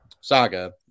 saga